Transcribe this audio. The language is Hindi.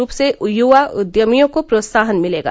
रूप से युवा उद्यमियों को प्रोत्साहन मिलेगा